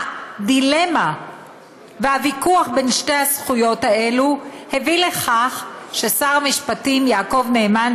הדילמה והוויכוח בין שתי הזכויות האלה הביא לכך ששר המשפטים יעקב נאמן,